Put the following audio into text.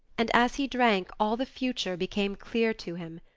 and as he drank all the future became clear to him.